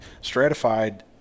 stratified